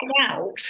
out